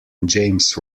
james